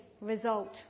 result